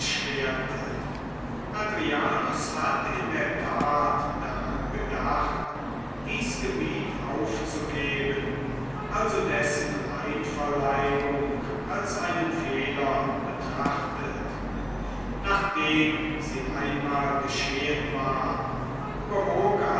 hadrianus hat in der tat daran gedacht dies gebiet aufzugeben also dessen einverleibung als einen fehler betrachtet nachdem sie einmal geschehen war überwog